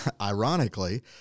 Ironically